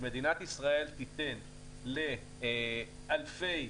שמדינת ישראל תיתן לאלפי